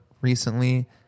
recently